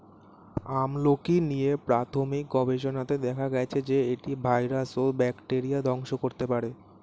আমলকী নিয়ে প্রাথমিক গবেষণাতে দেখা গেছে যে, এটি ভাইরাস ও ব্যাকটেরিয়া ধ্বংস করতে পারে